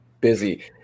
busy